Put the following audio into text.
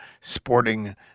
sporting